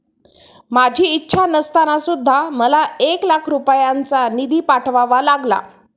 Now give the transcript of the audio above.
माझी इच्छा नसताना सुद्धा मला एक लाख रुपयांचा निधी पाठवावा लागला